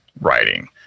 writing